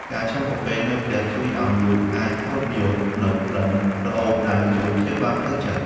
ការឆុងកាហ្វេនៅផ្ទះជួយឱ្យយើងអាចស្រូបយកនូវក្លិនក្រអូបដែលជួយព្យាបាលផ្លូវចិត្ត។